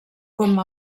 com